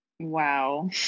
Wow